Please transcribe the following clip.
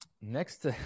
Next